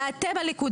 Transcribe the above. ואתם הליכוד,